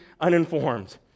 uninformed